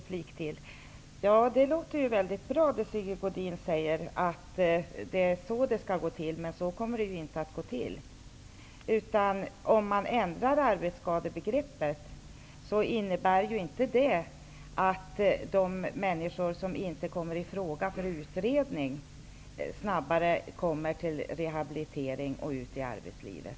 Fru talman! Det som Sigge Godin säger låter ju väldigt bra, men så kommer det ju inte att gå till. Att ändra arbetsskadebegreppet innebär inte att de människor som inte kommer ifråga för utredning snabbare rehabiliteras för att komma ut i arbetslivet.